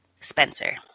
Spencer